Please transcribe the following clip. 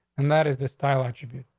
and that is the style, actually.